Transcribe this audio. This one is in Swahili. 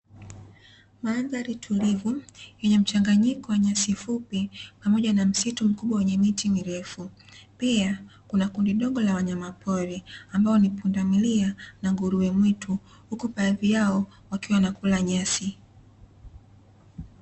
Mandhari tulivu yenye mchanganyiko wa nyasi fupi pamoja na msitu mkubwa wenye miti mirefu, pia kuna kundi dogo la wanyamapori ambao ni pundamilia na nguruwe mwitu, huku baadhi yao wakiwa wanakula nyasi.